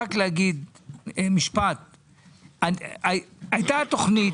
הייתה תוכנית